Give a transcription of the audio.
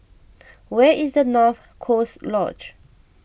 where is North Coast Lodge